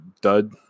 dud